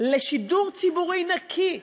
לשידור ציבורי נקי,